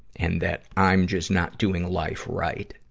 and that i'm just not doing life right.